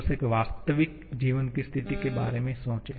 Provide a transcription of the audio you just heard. बस एक वास्तविक जीवन की स्थिति के बारे में सोचो